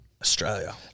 Australia